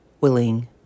willing